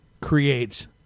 creates